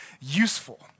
useful